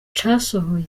casohoye